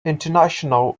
international